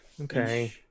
Okay